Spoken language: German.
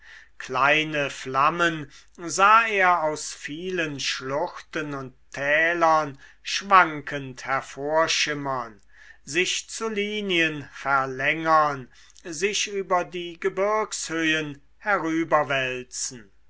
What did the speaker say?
kleine flammen sah er aus vielen schluchten und tälern schwankend hervorschimmern sich zu linien verlängern sich über die gebirgshöhen